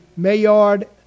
Mayard